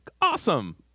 Awesome